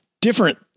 different